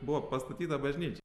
buvo pastatyta bažnyč